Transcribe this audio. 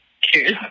Cheers